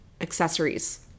accessories